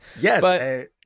Yes